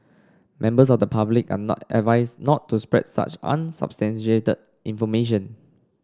members of the public are not advised not to spread such unsubstantiated information